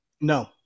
No